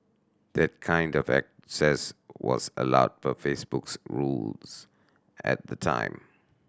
that kind of access was allowed per Facebook's rules at the time